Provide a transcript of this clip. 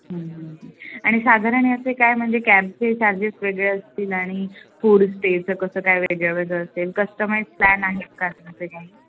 आणि साधारण याचे काय म्हणजे कॅबचे चार्जेस वेगळे असतील आणि फूड स्टेचं कसं काय वेगळं वेगळं असेल कस्टमाइज प्लॅन आहेत का तुमचे काही